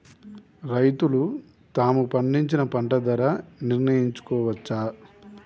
రైతులు తాము పండించిన పంట ధర నిర్ణయించుకోవచ్చా?